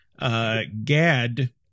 Gad